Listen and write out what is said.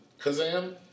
Kazam